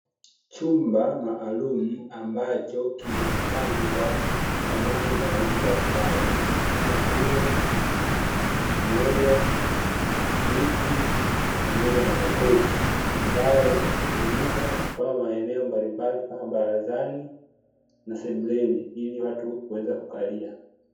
Chumba maalumu ambacho kimepangwa samani za aina mbalimbali, Kama vile meza, viti pamoja na makochi ambayo hutumika katika maeneo mbalimbali, kama barazani na sebuleni ili watu kuweza kukalia.